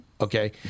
Okay